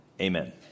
amen